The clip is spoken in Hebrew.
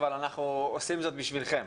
אבל אנחנו עושים זאת בשבילכם.